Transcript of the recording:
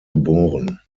geboren